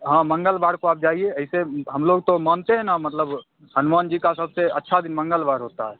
हाँ मंगलवार को आप जाइए ऐसे हम लोग तो मानते हैं न मतलब हनुमान जी का सबसे अच्छा दिन मंगलवार होता है